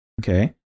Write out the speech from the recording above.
Okay